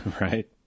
Right